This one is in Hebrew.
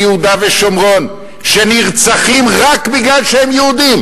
ביהודה ושומרון שנרצחים רק בגלל שהם יהודים,